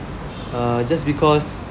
uh just because